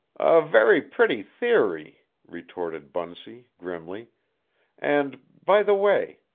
a very pretty theory, retorted bunsey, grimly and, by the way,